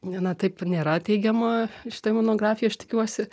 ne na taip nėra teigiama šitoj monografijoj aš tikiuosi